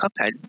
Cuphead